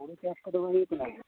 ᱦᱳᱲᱳ ᱪᱟᱥ ᱠᱚᱫᱚ ᱵᱟᱝ ᱦᱩᱭᱩᱜ ᱠᱟᱱᱟ